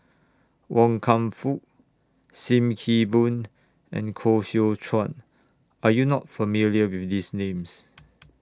Wan Kam Fook SIM Kee Boon and Koh Seow Chuan Are YOU not familiar with These Names